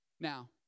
Now